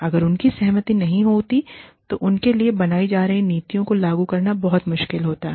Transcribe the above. अगर उनकी सहमति नहीं होती है तो उनके लिए बनाई जा रही नीतियों को लागू करना बहुत मुश्किल हो जाता है